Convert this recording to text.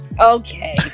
okay